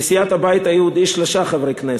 לסיעת הבית היהודי, שלושה חברי כנסת: